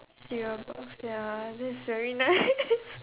cereal box ya that's very nice